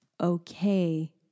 okay